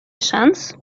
шанс